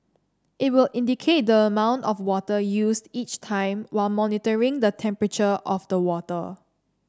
it will indicate the amount of water used each time while monitoring the temperature of the water